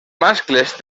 mascles